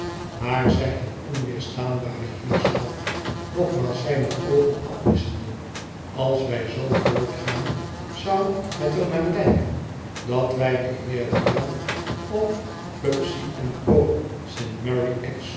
maar zei het onweerstaanbare heerschap nogmaals zijne oogn afwisschende als wij zoo voortgaan zou het er naar lijken dat wij den heer riah of pubsey en co